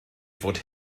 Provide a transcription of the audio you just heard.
fod